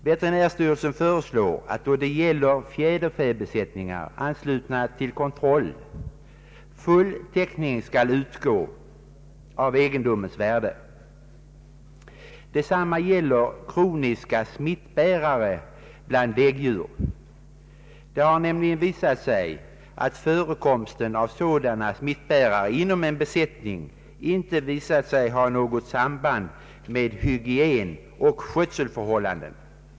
Veterinärstyrelsen föreslår att när det gäller fjäderfäbesättningar, anslutna till kontroll, full täckning skall utgå av egendomens värde. Detsamma gäller kroniska <smittbärare bland däggdjur. Det har nämligen visat sig att förekomsten av sådana smittbärare inom en besättning inte har något samband med hygien och skötselförhållanden.